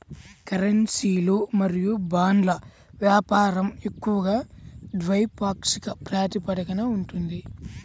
కరెన్సీలు మరియు బాండ్ల వ్యాపారం ఎక్కువగా ద్వైపాక్షిక ప్రాతిపదికన ఉంటది